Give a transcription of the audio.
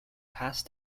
past